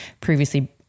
previously